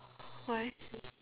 why